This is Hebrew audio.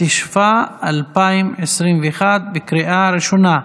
התשפ"א 2021, לקריאה ראשונה.